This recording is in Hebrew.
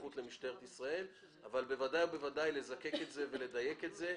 הסמכות למשטרת ישראל אבל בוודאי לזקק את זה ולדייק את זה.